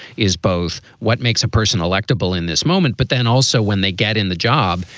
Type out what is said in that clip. is both what makes a person electable in this moment. but then also when they get in the job,